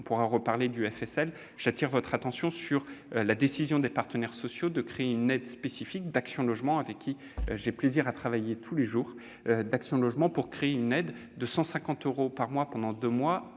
On pourra reparler du FSL, mais j'attire votre attention sur la décision des partenaires sociaux de créer une aide spécifique d'Action Logement, avec qui j'ai plaisir à travailler tous les jours, d'un montant de 150 euros par mois pendant deux mois